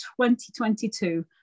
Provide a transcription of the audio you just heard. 2022